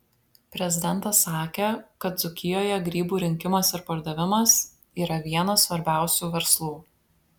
prezidentas sakė kad dzūkijoje grybų rinkimas ir pardavimas yra vienas svarbiausių verslų